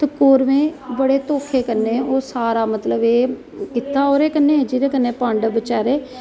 कौरवें बडे़ दुखे कन्नै ओह् सारा मतलब एह कीता ओहदे कन्नै जेहदे कन्नै पाडव बेचारे